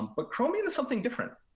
but chromium is something different.